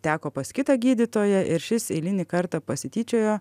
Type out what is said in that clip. teko pas kitą gydytoją ir šis eilinį kartą pasityčiojo